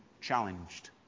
challenged